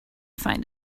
find